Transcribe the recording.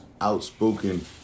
outspoken